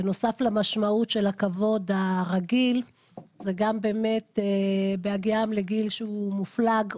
בנוסף למשמעות של הכבוד הרגיל זה גם באמת בהגיעם לגיל מופלג,